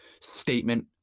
statement